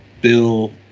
Bill